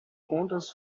contas